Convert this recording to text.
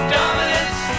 Dominance